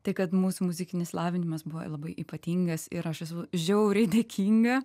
tai kad mūsų muzikinis lavinimas buvo labai ypatingas ir aš esu žiauriai dėkinga